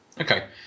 Okay